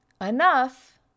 enough